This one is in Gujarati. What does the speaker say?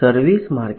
નમસ્તે